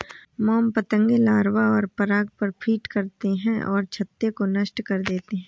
मोम पतंगे लार्वा और पराग पर फ़ीड करते हैं और छत्ते को नष्ट कर देते हैं